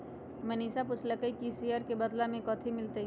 मनीषा पूछलई कि ई शेयर के बदला मे कथी मिलतई